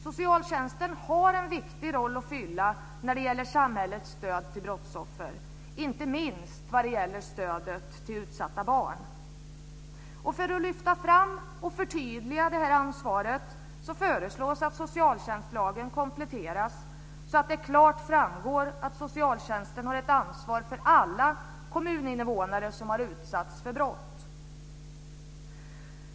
Socialtjänsten har en viktig roll att fylla när det gäller samhällets stöd till brottsoffer - inte minst vad gäller stödet till utsatta barn. För att lyfta fram och förtydliga detta ansvar föreslås att socialtjänstlagen kompletteras så att det klart framgår att socialtjänsten har ett ansvar för alla kommuninnevånare som har utsatts för brott.